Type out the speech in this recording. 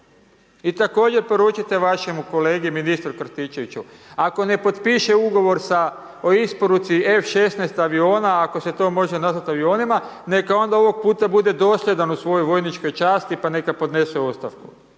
I također poručite vašemu kolegi ministru Krstičeviću, ako ne potpiše ugovor o isporuci F-16 aviona, ako se to može nazvati avionima, neka onda ovoga puta bude dosljedan u svojoj vojničkoj časti pa neka podnese ostavku,